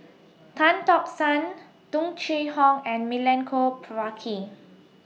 Tan Tock San Tung Chye Hong and Milenko Prvacki